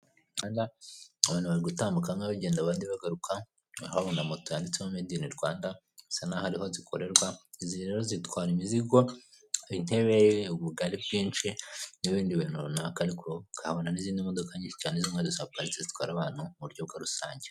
Urabona abantu bari gutambuka nk'abagenda abandi bagaruka, urahabona moto yanditsetseho mayode ini Rwanda bisa n'aho ariho zikorerwa izi rero zitwara imizigo, intebe, ubugari bwinshi, n'ibindi bintu runaka ariko ukahabona n'izindi modoka nyinshi cyane z'umweru ziparitse zitwara abantu mu buryo bwa rusange.